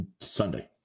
Sunday